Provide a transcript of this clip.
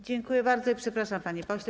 Dziękuję bardzo i przepraszam, panie pośle.